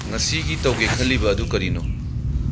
ꯉꯁꯤꯒꯤ ꯇꯧꯒꯦ ꯈꯜꯂꯤꯕ ꯑꯗꯨ ꯀꯔꯤꯅꯣ